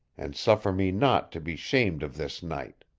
and suffer me not to be shamed of this knight.